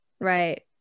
right